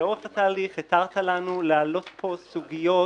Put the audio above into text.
לאורך התהליך התרת לנו להעלות פה סוגיות